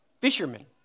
fishermen